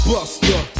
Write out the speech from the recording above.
Buster